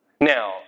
Now